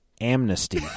amnesty